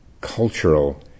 cultural